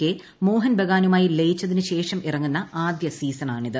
K Mohun ബഗാനുമായി ലയിച്ചതിനുശേഷം ഇറങ്ങുന്ന ആദ്യ സീസണാണിത്